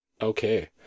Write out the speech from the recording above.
Okay